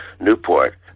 Newport